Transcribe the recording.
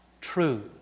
true